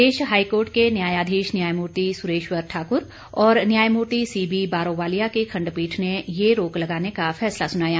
प्रदेश high court के न्यायाधीश न्यायमूर्ति सुरेश्वर ठाकुर और न्यायमूर्ति सीबीबारोवालिया की खंडपीठ ने ये रोक लगाने का फैसला सुनाया